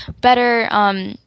better